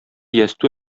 ястү